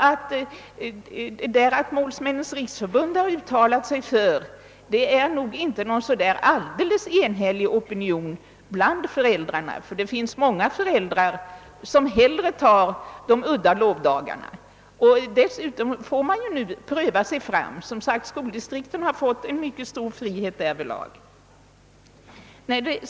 Det är nog inte någon särskilt enhällig opinion bland föräldrarna som står bakom Målsmännens riksförbunds uttalande; det finns många föräldrar som föredrar de udda lovdagarna. Dessutom får man ju lov att pröva sig fram — skoldistriks ten har fått mycket stor frihet där vidlag.